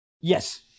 Yes